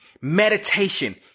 meditation